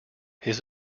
his